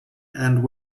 and